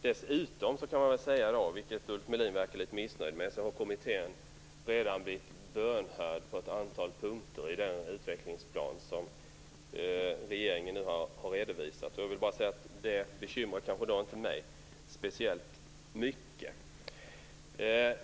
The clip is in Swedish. Dessutom kan man säga, vilket Ulf Melin verkade missnöjd med, att kommittén redan har blivit bönhörd på ett antal punkter i den utvecklingsplan som regeringen nu har redovisat. Det bekymrar inte mig speciellt mycket.